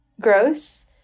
gross